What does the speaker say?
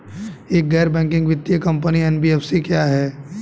एक गैर बैंकिंग वित्तीय कंपनी एन.बी.एफ.सी क्या है?